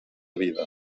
vida